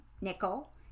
nickel